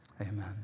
amen